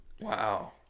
Wow